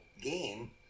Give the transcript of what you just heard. game